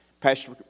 pastor